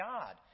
God